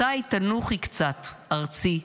/ מתי תנוחי קצת / ארצי,